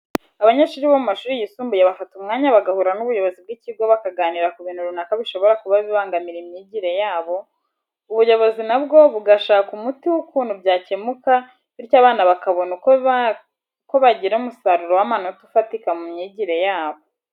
Abanyeshuri bo mu mashuri yisumbuye bafata umwanya bagahura n'ubuyobozi bw'ikigo bakaganira ku bintu runaka bishobora kuba bibangamira imyigire yabo, ubuyobozi na bwo bugashaka umuti w'ukuntu byakemuka bityo abana bakabona uko bagira umusaruro w'amanota afatika mu myigire yabo.